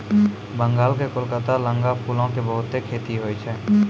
बंगाल के कोलकाता लगां फूलो के बहुते खेती होय छै